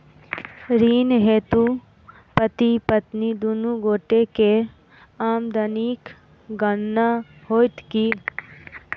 ऋण हेतु पति पत्नी दुनू गोटा केँ आमदनीक गणना होइत की?